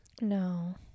No